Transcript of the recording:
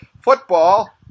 Football